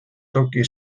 toki